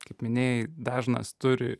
kaip minėjai dažnas turi